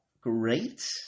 great